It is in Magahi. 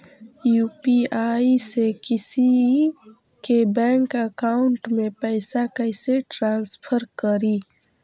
यु.पी.आई से किसी के बैंक अकाउंट में पैसा कैसे ट्रांसफर करी?